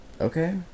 Okay